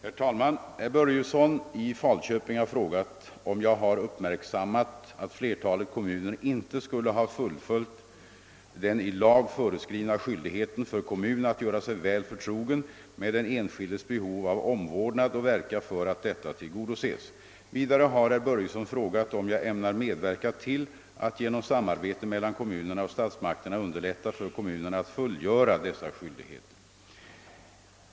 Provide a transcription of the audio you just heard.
Herr talman! Herr Börjesson i Fal köping har frågat om jag har uppmärksammat att flertalet kommuner inte skulle ha fullföljt den i lag föreskrivna skyldigheten för kommun att göra sig väl förtrogen med den enskildes behov av omvårdnad och verka för att detta tillgodoses. Vidare har herr Börjesson frågat, om jag ämnar medverka till att genom samarbete mellan kommunerna och statsmakterna underlätta för kommunerna att fullgöra dessa skyldigheter.